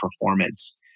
performance